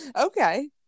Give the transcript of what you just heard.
okay